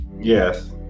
Yes